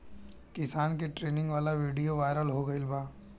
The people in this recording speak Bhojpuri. किसान के ट्रेनिंग वाला विडीओ वायरल हो गईल बा